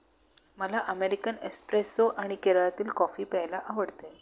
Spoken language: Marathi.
मला अमेरिकन एस्प्रेसो आणि केरळातील कॉफी प्यायला आवडते